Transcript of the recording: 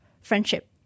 friendship